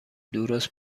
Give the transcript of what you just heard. درست